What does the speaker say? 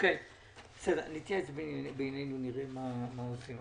נתייעץ בינינו, נראה מה עושים.